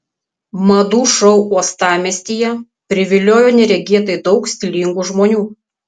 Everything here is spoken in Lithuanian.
madų šou uostamiestyje priviliojo neregėtai daug stilingų žmonių